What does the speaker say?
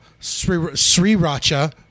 Sriracha